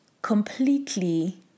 completely